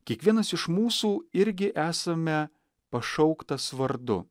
kiekvienas iš mūsų irgi esame pašauktas vardu